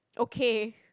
okay